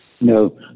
no